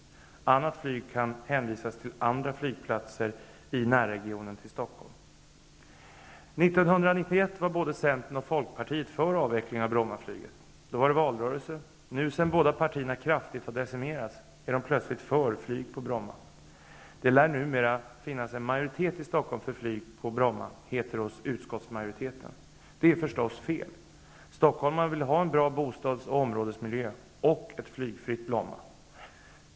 Annat flyg kan hänvisas till andra flygplatser i Stockholms närregion. År 1991 var både Centern och Folkpartiet för en avveckling av Brommaflyget, men då var det valrörelse. Nu, sedan dessa båda partier kraftigt har decimerats, är de plötsligt för flyg på Bromma. ''Det lär numera vara majoriet i Stockholm för flyg på Bromma'', heter det hos utskottsmajoriteten. Det är förstås fel. Stockholmarna vill ha en bra bostads och områdesmiljö och ett flygfritt Bromma.